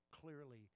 clearly